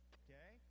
okay